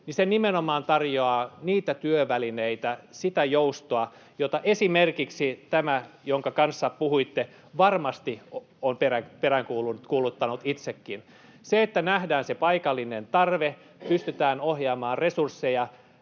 mukaan, nimenomaan tarjoaa niitä työvälineitä, sitä joustoa, jota esimerkiksi tämä, jonka kanssa puhuitte, varmasti on peräänkuuluttanut itsekin. Nähdään se paikallinen tarve, pystytään ohjaamaan resursseja